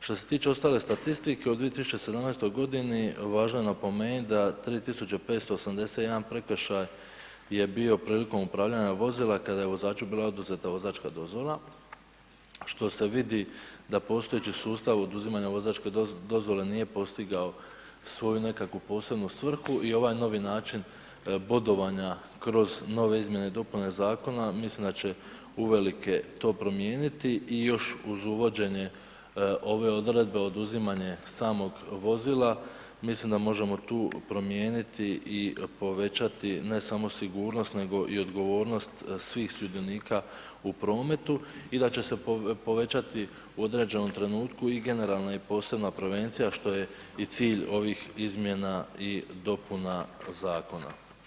Što se tiče ostale statistike od 2017. godini važno je napomenut da 3581 prekršaj je bio prilikom upravljanja vozila kada je vozaču bila oduzeta vozačka dozvola, što se vidi da postojeći sustav oduzimanja vozačke dozvole nije postigao svoju nekakvu posebnu svrhu i ovaj novi način bodovanja kroz nove Izmjene i dopune Zakona, mislim da će uvelike to promijeniti, i još uz uvođenje ove Odredbe oduzimanje samog vozila, mislim da možemo tu promijeniti i povećati ne samo sigurnost nego i odgovornost svih sudionika u prometu, i da će se povećati u određenom trenutku i generalna i posebna prevencija što je i cilj ovih Izmjena i dopuna Zakona.